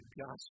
gospel